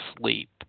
sleep